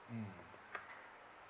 mm